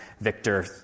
Victor